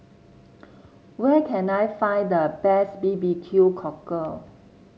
where can I find the best B B Q Cockle